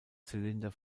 zylinder